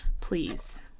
please